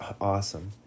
awesome